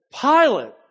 Pilate